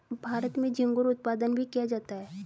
भारत में झींगुर उत्पादन भी किया जाता है